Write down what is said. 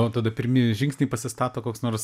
o tada pirmieji žingsniai pasistato koks nors